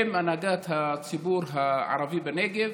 עם הנהגת הציבור הערבי בנגב,